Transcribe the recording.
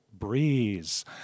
Breeze